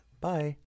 Bye